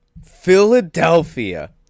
Philadelphia